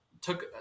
took